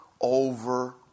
over